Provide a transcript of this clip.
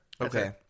Okay